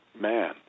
man